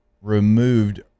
removed